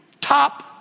top